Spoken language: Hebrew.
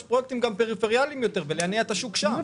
פרויקטים גם פריפריאליים יותר ולהניע את השוק שם,